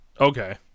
Okay